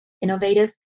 innovative